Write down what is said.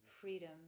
freedom